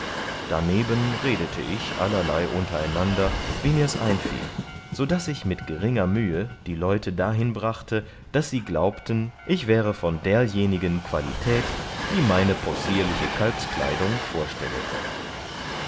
darneben redete ich allerlei untereinander wie mirs einfiel so daß ich mit geringer mühe die leute dahinbrachte daß sie glaubten ich wäre von derjenigen qualität die meine possierliche kalbskleidung vorstellete